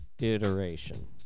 iteration